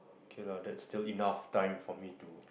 K lah that's still enough time for me to